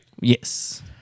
Yes